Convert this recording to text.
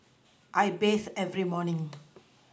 I bathe every morning